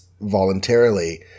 voluntarily